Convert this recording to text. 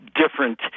different